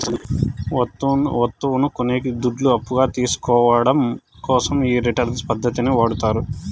వత్తువును కొనేకి దుడ్లు అప్పుగా తీసుకోవడం కోసం ఈ రిటర్న్స్ పద్ధతిని వాడతారు